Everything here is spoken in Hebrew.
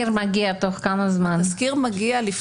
תוך כמה זמן מגיע התסקיר?